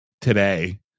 today